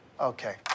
Okay